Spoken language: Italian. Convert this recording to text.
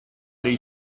dei